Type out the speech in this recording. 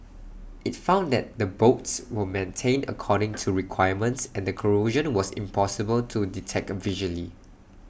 IT found that the bolts were maintained according to requirements and the corrosion was impossible to detect visually